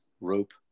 rope